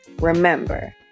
Remember